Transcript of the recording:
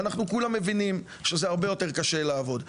ואנחנו כולם מבינים שזה הרבה יותר קשה לעבוד.